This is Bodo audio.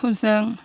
फोजों